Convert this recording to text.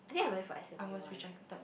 cause I was rejected